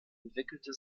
entwickelte